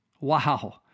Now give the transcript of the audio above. Wow